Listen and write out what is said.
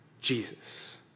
Jesus